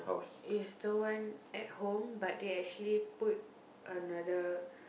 is the one at home but they actually put another